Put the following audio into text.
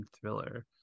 thriller